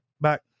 back